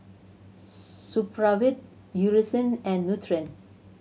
Supravit Eucerin and Nutren